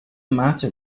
matter